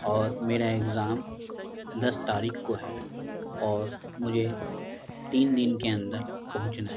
اور میرا ایگزام دس تاریخ کو ہے اور مجھے تین دن کے اندر پہنچنا ہے